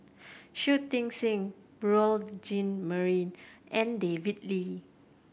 Shui Tit Sing Beurel Jean Marie and David Lee